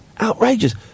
Outrageous